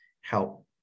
help